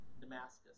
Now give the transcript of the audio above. Damascus